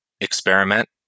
experiment